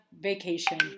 vacation